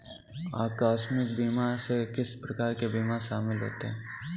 आकस्मिक बीमा में किस प्रकार के बीमा शामिल होते हैं?